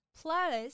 Plus